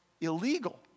illegal